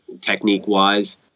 technique-wise